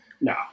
No